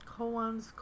koans